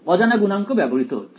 অজানা গুণাঙ্ক ব্যবহৃত হয়েছে